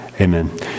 Amen